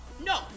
No